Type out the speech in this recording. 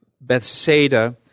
Bethsaida